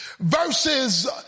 Verses